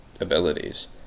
abilities